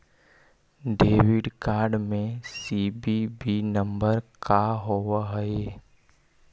Debit card में CVV number का होव हइ?